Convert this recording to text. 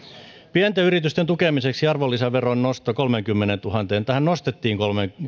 pienten yritysten tukemiseksi arvonlisäveron nosto kolmeenkymmeneentuhanteen tämähän nostettiin